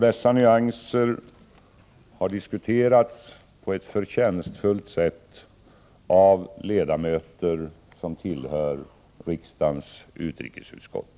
Dessa nyanser har diskuterats på ett förtjänstfullt sätt av ledamöter som tillhör riksdagens utrikesutskott.